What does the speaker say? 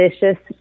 delicious